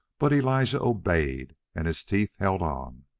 but elijah obeyed, and his teeth held on.